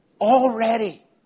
already